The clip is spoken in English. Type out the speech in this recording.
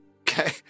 okay